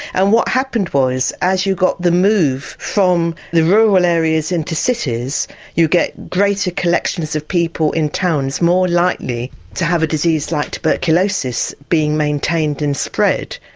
and what happened was as you got the move from the rural areas into cities you get greater collections of people in towns more likely to have a disease like tuberculosis being maintained and spread.